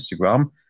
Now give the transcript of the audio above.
Instagram